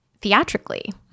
theatrically